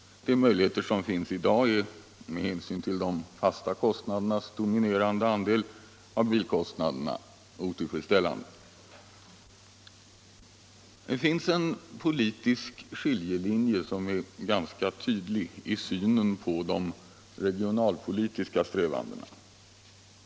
De möjligheter som finns i dag är, med hänsyn till de fasta kostnadernas dominerande andel av bilkostnaderna, otillfredsställande. Det finns en politisk skiljelinje, som är ganska tydlig, i synen på de regionalpolitiska strävandena.